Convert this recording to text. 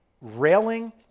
railing